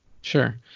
Sure